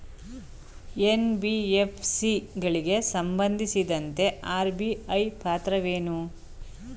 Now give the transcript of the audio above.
NBFC ಗಳಿಗೆ ಸಂಬಂಧಿಸಿದಂತೆ RBI ಪಾತ್ರವೇನು?